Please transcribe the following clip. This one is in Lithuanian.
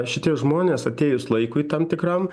šitie žmonės atėjus laikui tam tikram